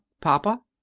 Papa